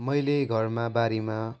मैले घरमा बारीमा